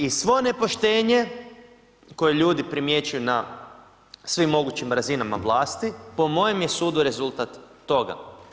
I svo nepoštenje koje ljudi primjećuju na svim mogućim razinama vlasti, po mojem je sudu rezultat toga.